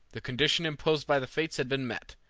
the condition imposed by the fates had been met,